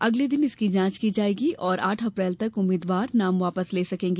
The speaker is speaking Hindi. अगले दिन इसकी जांच की जायेगी और आठ अप्रैल तक उम्मीदवार नाम वापस ले सकते हैं